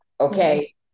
Okay